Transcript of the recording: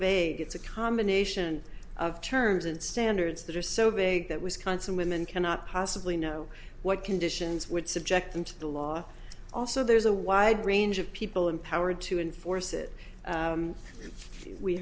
vague it's a combination of terms and standards that are so big that wisconsin women cannot possibly know what conditions would subject them to the law also there's a wide range of people empowered to enforce it